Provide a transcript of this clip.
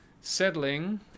settling